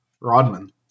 Rodman